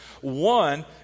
One